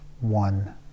one